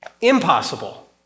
impossible